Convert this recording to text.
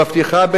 המבטיחות,